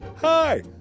Hi